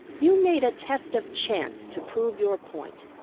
you made a test of chance, to prove your point.